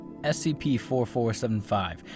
SCP-4475